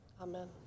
Amen